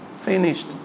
finished